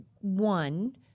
one